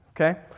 Okay